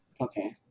Okay